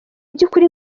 by’ukuri